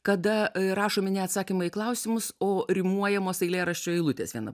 kada rašomi ne atsakymai į klausimus o rimuojamos eilėraščio eilutės viena